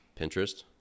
pinterest